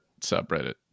subreddit